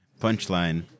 Punchline